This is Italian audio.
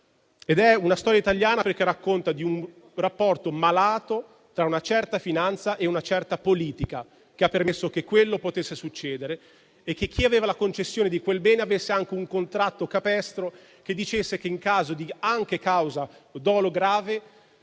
È una storia italiana perché racconta di un rapporto malato tra una certa finanza e una certa politica, che ha permesso che quell'evento potesse accadere e che chi aveva la concessione di quel bene beneficiasse anche di un contratto capestro, che prevedeva che, anche in caso di evento causato da dolo grave,